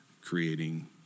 creating